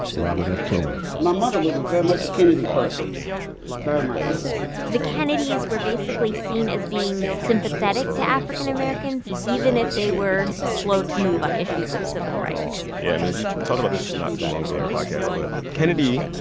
robert f. kennedy my mother was very much a kennedy person very much the kennedys were basically seen as being sympathetic to african americans, even if they were slow to move on issues of civil rights yeah. i mean, we talked about this not too long ago on the podcast. but kennedy,